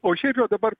o šiaip jau dabar